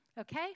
okay